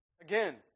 Again